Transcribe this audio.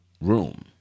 room